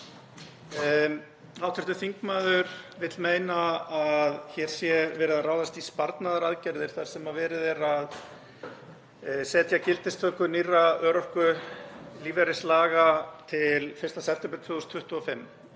Hv. þingmaður vill meina að hér sé verið að ráðast í sparnaðaraðgerðir þar sem verið er að setja gildistöku nýrra örorkulífeyrislaga 1. september 2025.